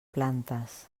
plantes